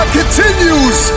continues